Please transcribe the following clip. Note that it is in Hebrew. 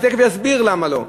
אני תכף אסביר למה לא.